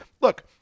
look